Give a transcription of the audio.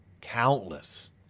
Countless